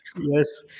Yes